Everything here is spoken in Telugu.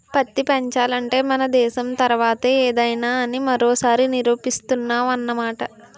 పత్తి పెంచాలంటే మన దేశం తర్వాతే ఏదైనా అని మరోసారి నిరూపిస్తున్నావ్ అన్నమాట